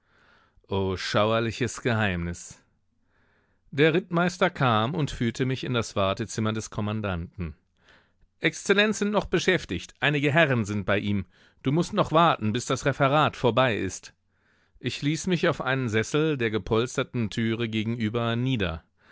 o schauerliches geheimnis der rittmeister kam und führte mich in das wartezimmer des kommandanten exzellenz sind noch beschäftigt einige herren sind bei ihm du mußt noch warten bis das referat vorbei ist ich ließ mich auf einen sessel der gepolsterten türe gegenüber nieder